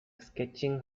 sketching